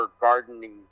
gardening